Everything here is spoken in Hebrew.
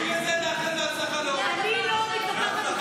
אם תהיה, אני לא רוצה את,